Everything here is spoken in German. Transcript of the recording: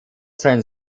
sein